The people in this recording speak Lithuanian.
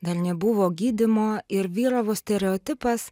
gal nebuvo gydymo ir vyravo stereotipas